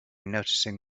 noticing